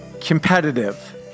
competitive